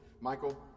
Michael